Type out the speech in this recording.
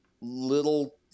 little